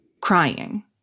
crying